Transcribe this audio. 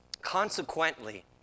Consequently